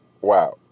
Wow